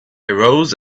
arose